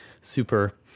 super